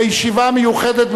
כישיבה מיוחדת,